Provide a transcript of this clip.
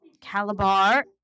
Calabar